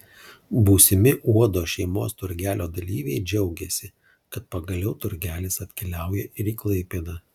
būsimi uodo šeimos turgelio dalyviai džiaugiasi kad pagaliau turgelis atkeliauja ir į klaipėdą